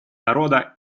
народа